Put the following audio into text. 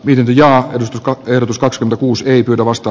vienti ja erotuskas kuusi ei pyydä vasta